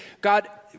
God